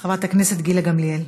חברת הכנסת גילה גמליאל.